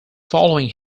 following